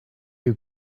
you